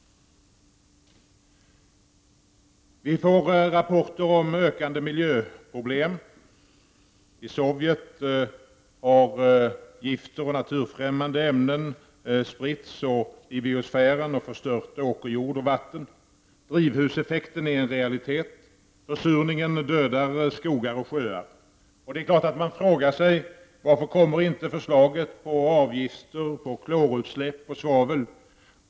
Vi får rapporter om ökade miljöproblem. I Sovjet har gifter och naturfrämmande ämnen spritts i biosfären och förstör åkerjord och vatten. Drivhuseffekten är en realitet. Försurningen dödar skogar och sjöar. Det är klart att man frågar sig: Varför kommer inte förslaget om avgifter på utsläpp av klor och svavel?